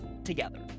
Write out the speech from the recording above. together